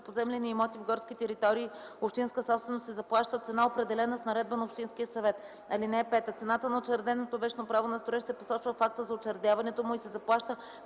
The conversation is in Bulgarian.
поземлени имоти в горски територии - общинска собственост, се заплаща цена, определена с наредба на общинския съвет. (5) Цената на учреденото вещно право на строеж се посочва в акта за учредяването му и се заплаща